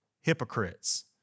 hypocrites